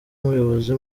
ubuyobozi